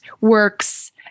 works